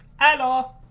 Hello